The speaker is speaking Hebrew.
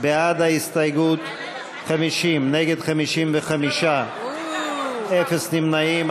בעד ההסתייגות, 50, נגד, 55, אפס נמנעים.